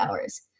hours